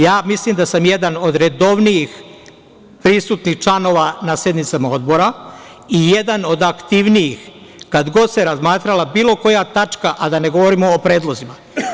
Ja mislim da sam jedan od redovnijih prisutnih članova na sednicama Odbora i jedan od aktivnijih kada god se razmatrala bilo koja tačka, a da ne govorim o predlozima.